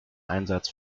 einsatz